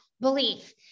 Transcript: belief